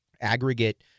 aggregate